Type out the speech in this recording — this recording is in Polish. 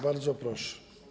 Bardzo proszę.